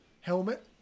Helmet